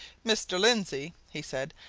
mr. lindsey, he said,